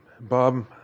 Bob